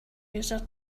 user